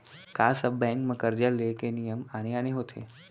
का सब बैंक म करजा ले के नियम आने आने होथे?